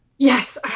Yes